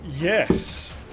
yes